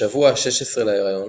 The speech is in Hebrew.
בשבוע ה-16 להיריון